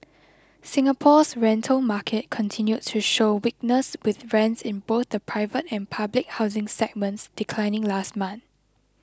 Singapore's rental market continued to show weakness with rents in both the private and public housing segments declining last month